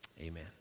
amen